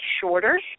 shorter